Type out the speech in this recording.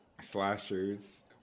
slashers